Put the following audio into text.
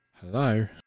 Hello